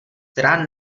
která